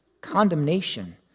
condemnation